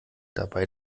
dabei